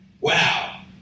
Wow